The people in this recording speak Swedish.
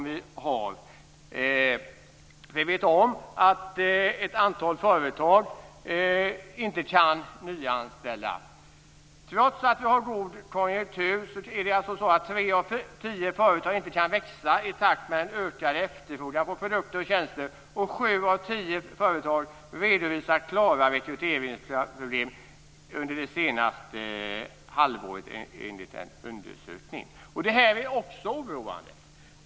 Vi vet om att ett antal företag inte kan nyanställa. Trots att vi har god konjunktur kan tre av tio företag inte växa i takt med ökad efterfrågan på produkter och tjänster. Sju av tio företag har redovisat klara rekryteringsproblem under det senaste halvåret enligt en undersökning. Det här är också oroande.